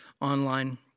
online